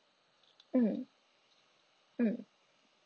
mm mm